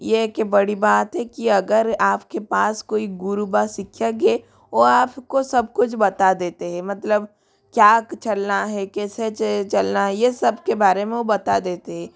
ये एक बड़ी बात है कि अगर आप के पास कोई गुरू व शिक्षक है वो आप को सब कुछ बता देते है मतलब क्या चलना है कैसे चलना हे ये सब के बारे में वो बता देते हैं